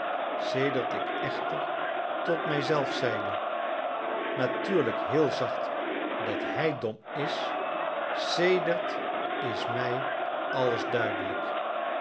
sedert ik echter tot mij zelf zeide natuurlijk heel zacht dat hij dom is sedert is mij alles duidelijk